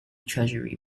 treasury